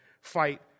fight